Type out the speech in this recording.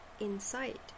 inside